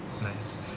nice